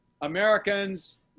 Americans